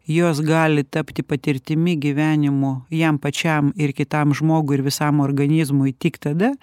jos gali tapti patirtimi gyvenimu jam pačiam ir kitam žmogui ir visam organizmui tik tada